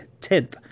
10th